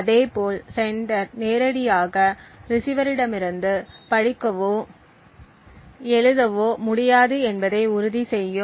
அதே போல் செண்டர் நேரடியாக ரிசீவரிடமிருந்து படிக்கவோ எழுதவோ முடியாது என்பதை உறுதி செய்யும்